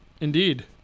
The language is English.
Indeed